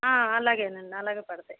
అలాగే అండి అలాగే పడతాయి